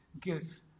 give